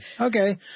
Okay